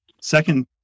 second